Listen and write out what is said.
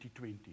2020